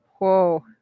Whoa